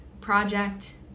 project